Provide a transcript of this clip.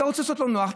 אתה רוצה לעשות לו נוח,